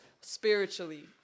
spiritually